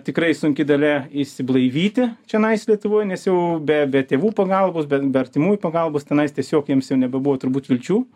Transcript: tikrai sunki dalia išsiblaivyti čionais lietuvoj nes jau be be tėvų pagalbos bet be artimųjų pagalbos tenais tiesiog jiems jau nebebuvo turbūt vilčių